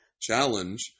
challenge